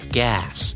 gas